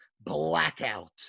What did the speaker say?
Blackout